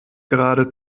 gerade